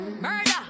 Murder